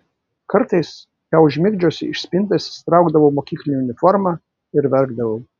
kartais ją užmigdžiusi iš spintos išsitraukdavau mokyklinę uniformą ir verkdavau